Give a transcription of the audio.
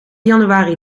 januari